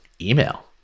email